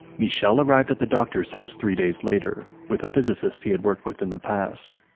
michel arrived at the doctor's house three days later with a physicist he had worked with in the past.